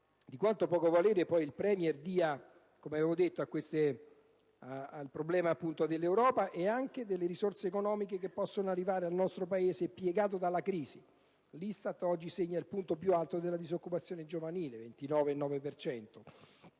su quanto poco valore il Premier dia al problema dell'Europa e delle risorse economiche che possono arrivare al nostro Paese, piegato dalla crisi (l'ISTAT oggi segna il punto più alto della disoccupazione giovanile: 29,9